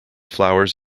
flowers